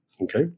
Okay